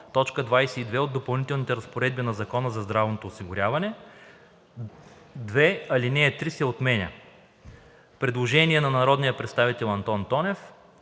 от допълнителните разпоредби на Закона за здравното осигуряване;“. 2. Алинея 3 се отменя.“ Предложение на народния представител Антон Тонев.